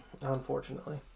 Unfortunately